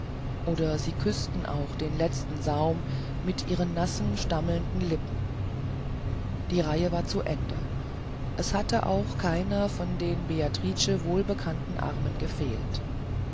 oder sie küßten auch den letzten saum mit ihren nassen stammelnden lippen die reihe war zu ende es hatte auch keiner von den beatrice wohlbekannten armen gefehlt